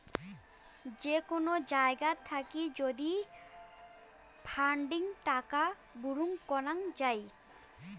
যে কোন জায়গাত থাকি যদি ফান্ডিং টাকা বুরুম করং যাই